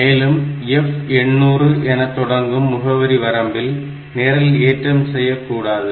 மேலும் F800 என தொடங்கும் முகவரி வரம்பில் நிரல் ஏற்றம் செய்ய கூடாது